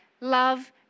love